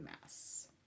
Mass